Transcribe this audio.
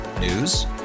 News